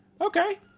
Okay